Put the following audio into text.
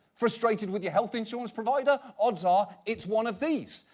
frustrated with your health insurance provider? odds are, it's one of these.